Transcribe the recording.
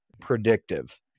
predictive